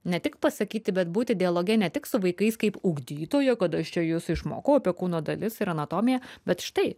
ne tik pasakyti bet būti dialoge ne tik su vaikais kaip ugdytoja kad aš čia jus išmokau apie kūno dalis ir anatomiją bet štai